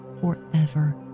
forever